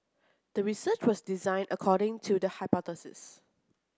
the research was designed according to the hypothesis